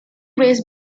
grace